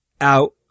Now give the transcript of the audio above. out